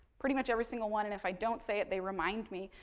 pretty much every single one, and if i don't say it, they remind me.